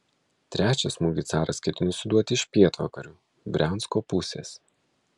trečią smūgį caras ketino suduoti iš pietvakarių briansko pusės